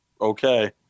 Okay